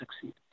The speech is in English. succeed